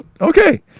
Okay